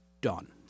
done